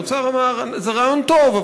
האוצר אמר: זה רעיון טוב,